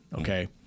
okay